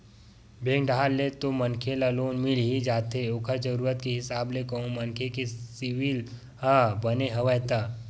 bank डाहर ले तो मनखे ल लोन मिल ही जाथे ओखर जरुरत के हिसाब ले कहूं मनखे के सिविल ह बने हवय ता